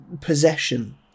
possession